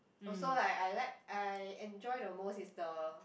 also like I like I enjoy the most is the